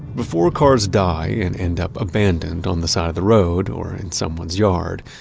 before cars die and end up abandoned on the side of the road or in someone's yard,